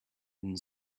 and